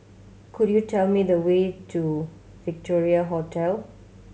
could you tell me the way to Victoria Hotel